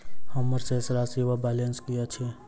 हम्मर शेष राशि वा बैलेंस की अछि?